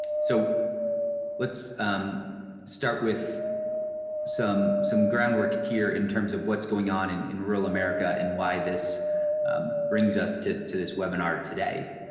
so let's start with some some groundwork here in terms of what's going on in in rural america and why this brings us to to this webinar today.